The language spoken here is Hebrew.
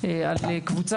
שימו לב הדגש הוא על חינוך,